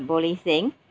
bo li sing